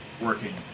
Working